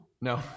no